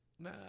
No